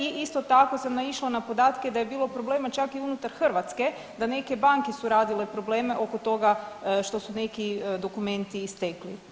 I isto tako sam naišla na podatke da je bilo problema čak i unutar Hrvatske, da neke banke su radile probleme oko toga što su neki dokumenti istekli.